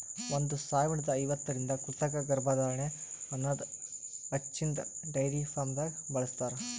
ಒಂದ್ ಸಾವಿರದಾ ಐವತ್ತರಿಂದ ಕೃತಕ ಗರ್ಭಧಾರಣೆ ಅನದ್ ಹಚ್ಚಿನ್ದ ಡೈರಿ ಫಾರ್ಮ್ದಾಗ್ ಬಳ್ಸತಾರ್